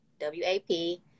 w-a-p